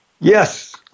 Yes